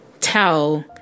tell